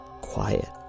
quiet